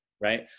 right